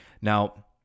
Now